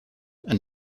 and